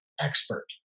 expert